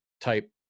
type